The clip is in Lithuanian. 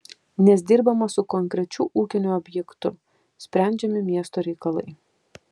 nes dirbama su konkrečiu ūkiniu objektu sprendžiami miesto reikalai